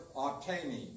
obtaining